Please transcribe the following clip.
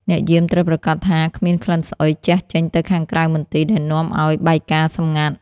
អ្នកយាមត្រូវប្រាកដថាគ្មានក្លិនស្អុយជះចេញទៅខាងក្រៅមន្ទីរ ដែលនាំឱ្យបែកការណ៍សម្ងាត់។